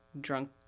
drunk